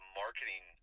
marketing